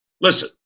listen